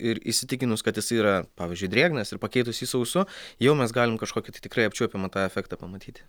ir įsitikinus kad jis yra pavyzdžiui drėgnas ir pakeitus jį sausu jau mes galim kažkokį tai tikrai apčiuopiamą tą efektą pamatyti